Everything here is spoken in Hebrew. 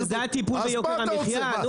זה הטיפול ביוקר המחיה?